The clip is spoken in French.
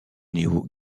néo